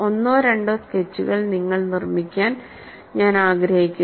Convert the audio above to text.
ഒന്നോ രണ്ടോ സ്കെച്ചുകൾ നിങ്ങൾ നിർമ്മിക്കാൻ ഞാൻ ആഗ്രഹിക്കുന്നു